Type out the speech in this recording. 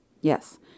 Yes